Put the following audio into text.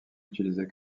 utilisé